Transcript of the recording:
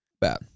Bad